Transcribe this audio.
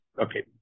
Okay